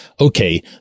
okay